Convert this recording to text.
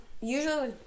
usually